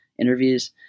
interviews